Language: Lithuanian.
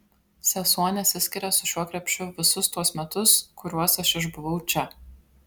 sesuo nesiskiria su šiuo krepšiu visus tuos metus kuriuos aš išbuvau čia